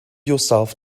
yourself